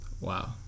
Wow